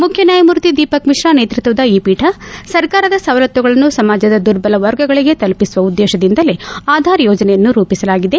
ಮುಖ್ಯ ನ್ಯಾಯಮೂರ್ತಿ ದೀಪಕ್ಮಿಶ್ರಾ ನೇತೃತ್ವದ ಈ ಪೀಠ ಸರ್ಕಾರದ ಸವಲತ್ತುಗಳನ್ನು ಸಮಾಜದ ದುರ್ಬಲ ವರ್ಗಗಳಿಗೆ ತಲುಪಿಸುವ ಉದ್ಲೇತದಿಂದಲೇ ಆಧಾರ್ ಯೋಜನೆಯನ್ನು ರೂಪಿಸಲಾಗಿದೆ